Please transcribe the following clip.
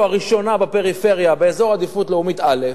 הראשונה בפריפריה באזור עדיפות לאומית א',